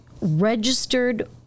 registered